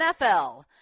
NFL